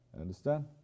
understand